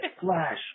flash